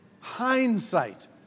Hindsight